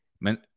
Man